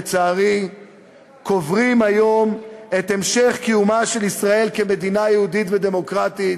לצערי קוברים היום את המשך קיומה של ישראל כמדינה יהודית ודמוקרטית